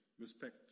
respect